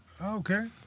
Okay